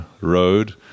road